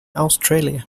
australia